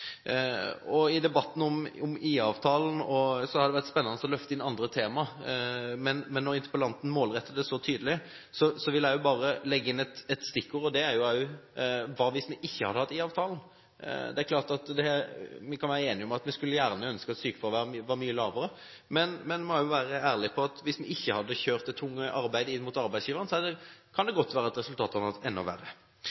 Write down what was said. I debatten om IA-avtalen hadde det vært spennende å løfte inn andre tema, men når interpellanten målretter den så tydelig, vil jeg bare legge inn stikkordene: Hva hvis vi ikke hadde hatt IA-avtalen? Det er klart at vi kan være enige om at vi gjerne skulle ønske at sykefraværet var mye lavere, men vi må også være ærlige på at hvis vi ikke hadde kjørt det tunge arbeidet inn mot arbeidsgiveren, kan det godt være at resultatene hadde vært enda verre. Så Kristelig Folkeparti støttet – eller vi presset vel egentlig på for å få igjennom en så grundig oppfølging av sykmeldte som det